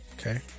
Okay